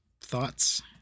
thoughts